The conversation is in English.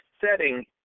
setting